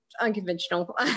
unconventional